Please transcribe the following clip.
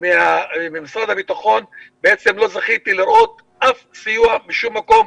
ומשרד הביטחון, לא זכיתי לראות סיוע כלשהו.